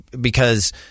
because-